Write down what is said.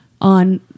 on